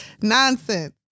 nonsense